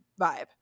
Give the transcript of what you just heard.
vibe